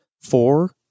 four